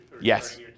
Yes